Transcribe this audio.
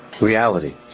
reality